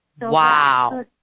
Wow